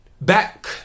Back